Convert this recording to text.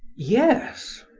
yes.